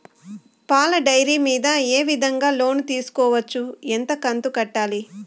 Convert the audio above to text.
పాల డైరీ మీద ఏ విధంగా లోను తీసుకోవచ్చు? ఎంత కంతు కట్టాలి?